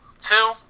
Two